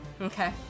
Okay